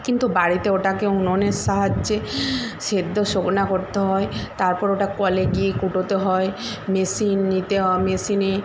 কিন্তু বাড়িতে ওটাকে উনুনের সাহায্যে সেদ্ধ শুকনো করতে হয় তারপর ওটা কলে গিয়ে কুটোতে হয় মেশিন নিতে হ মেশিনে